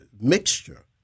mixture